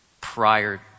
prior